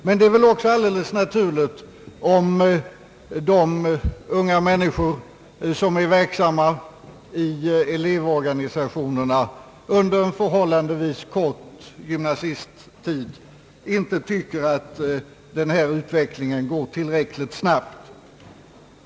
Men det är också alldeles naturligt om de unga människor, som är verksamma i elevorganisationerna under en förhållandevis kort gymnasisttid, inte tycker att utvecklingen går tillräckligt snabbt.